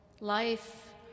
life